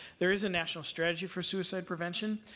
there is a national strategy for suicide prevention.